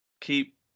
keep